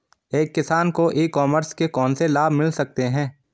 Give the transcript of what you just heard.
एक किसान को ई कॉमर्स के कौनसे लाभ मिल सकते हैं?